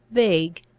vague,